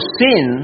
sin